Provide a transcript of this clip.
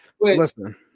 Listen